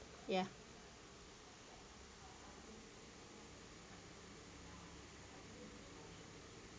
ya